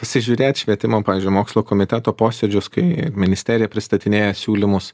pasižiūrėt švietimo pavyzdžiui mokslo komiteto posėdžius kai ministerija pristatinėja siūlymus